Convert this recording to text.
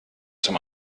zum